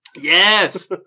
Yes